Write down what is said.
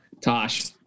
Tosh